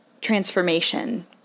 transformation